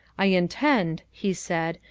i intend, he said,